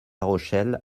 rochelle